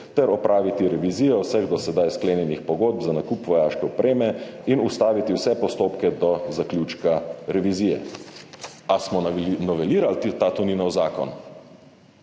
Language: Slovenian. ter opraviti revizijo vseh do sedaj sklenjenih pogodb za nakup vojaške opreme in ustaviti vse postopke do zaključka revizije. Ali smo novelirali ta Toninov zakon?